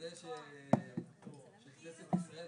במשטרה ככלי עזר.